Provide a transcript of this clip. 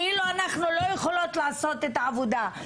כאילו אנחנו לא יכולות לעשות את העבודה,